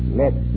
let